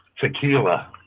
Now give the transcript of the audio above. tequila